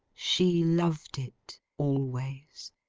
she loved it always.